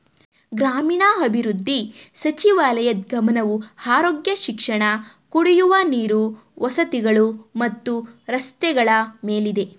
ಗ್ರಾಮೀಣಾಭಿವೃದ್ಧಿ ಸಚಿವಾಲಯದ್ ಗಮನವು ಆರೋಗ್ಯ ಶಿಕ್ಷಣ ಕುಡಿಯುವ ನೀರು ವಸತಿಗಳು ಮತ್ತು ರಸ್ತೆಗಳ ಮೇಲಿದೆ